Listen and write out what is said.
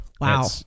Wow